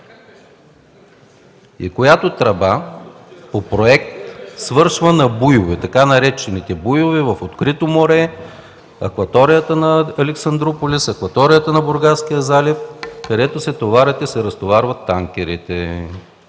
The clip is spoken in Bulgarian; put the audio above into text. Тази тръба по проект свършва на буйовете, така наречените „буйове” в открито море, в акваторията на Александруполис, в акваторията на Бургаския залив, където се товарят и разтоварват танкерите.